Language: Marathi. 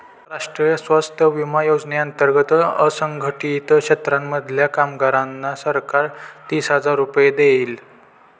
राष्ट्रीय स्वास्थ्य विमा योजने अंतर्गत असंघटित क्षेत्रांमधल्या कामगारांना सरकार तीस हजार रुपये देईल